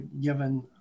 given